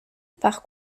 par